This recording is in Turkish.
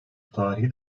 tarihi